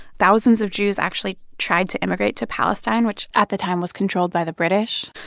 thousands of jews actually tried to immigrate to palestine, which, at the time, was controlled by the british.